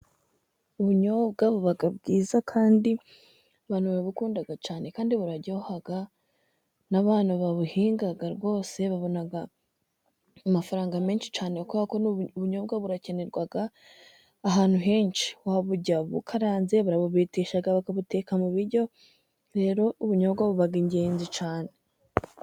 Ubunyobwa buba bwiza kandi abantu babukunda cyane, kandi buraryoha n'abantu babuhinga rwose babona amafaranga menshi cyane kuko ubunyobwa burakenerwa ahantu henshi, waburya bukaranze, barabubetesha bakabuteka mu biryo, rero ubunyobwa buba ingenzi cyane.